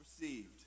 received